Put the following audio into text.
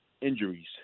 injuries